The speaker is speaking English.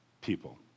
people